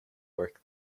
work